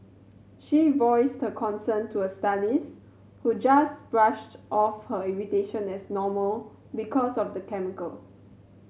she voiced concern to her stylist who just brushed off her irritation as normal because of the chemicals